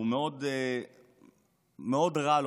מאוד רע לו.